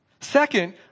Second